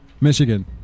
Michigan